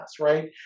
right